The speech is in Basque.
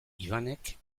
ivanek